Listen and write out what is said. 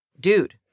dude